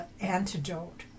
antidote